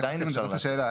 זאת השאלה,